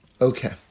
Okay